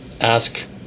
ask